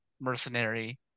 mercenary